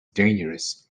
dangerous